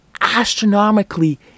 astronomically